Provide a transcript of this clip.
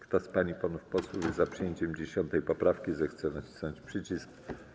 Kto z pań i panów posłów jest za przyjęciem 10. poprawki, zechce nacisnąć przycisk.